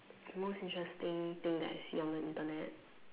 most interesting thing that I see on the Internet